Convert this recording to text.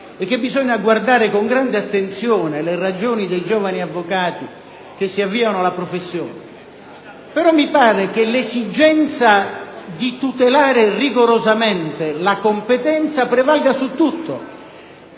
e che bisogna guardare con grande attenzione alle ragioni dei giovani avvocati che si avviano alla professione. Però mi pare che l'esigenza di tutelare rigorosamente la competenza prevalga su tutto.